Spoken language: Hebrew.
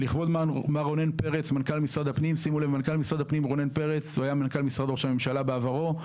מנכ"ל משרד הפנים רונן פרץ היה מנכ"ל משרד ראש הממשלה בעברו.